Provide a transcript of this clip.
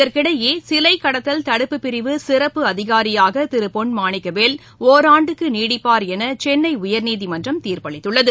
இதற்கிடையே சிலைக் கடத்தல் தடுப்புப் பிரிவு சிறப்பு அதிகாரியாக திரு பொன் மாணிக்கவேல் ஒராண்டுக்கு நீடிப்பார் என சென்னை உயர்நீதிமன்றம் தீர்ப்பு அளித்துள்ளது